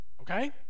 Okay